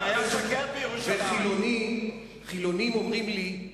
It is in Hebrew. וחילונים אומרים לי: